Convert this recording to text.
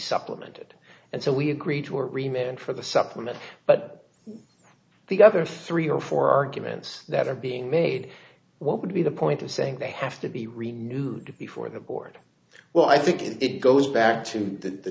supplemented and so we agreed to or remain for the supplemental but the other three or four arguments that are being made what would be the point of saying they have to be renewed before the board well i think if it goes back to the